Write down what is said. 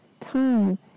time